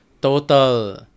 total